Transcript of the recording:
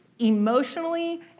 emotionally